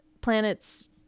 planets